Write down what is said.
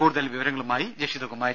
കൂടുതൽ വിവരങ്ങളുമായി ജഷിത കുമാരി